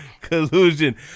Collusion